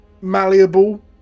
malleable